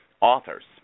authors